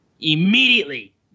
immediately